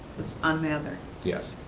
on mather. yes,